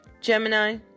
Gemini